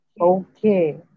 Okay